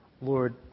Lord